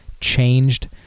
changed